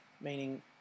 meaning